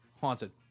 Haunted